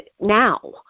Now